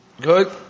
Good